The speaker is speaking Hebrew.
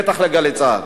בטח ל"גלי צה"ל".